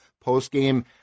post-game